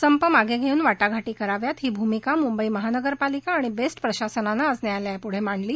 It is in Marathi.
संप मागे घेऊन वाटाघाटी कराव्यात ही भूमिका मुंबई महानगरपालिका आणि बेस्ट प्रशासनानं आज न्यायालयापुढे मांडली